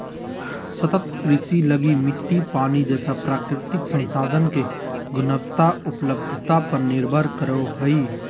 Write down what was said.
सतत कृषि लगी मिट्टी, पानी जैसे प्राकृतिक संसाधन के गुणवत्ता, उपलब्धता पर निर्भर करो हइ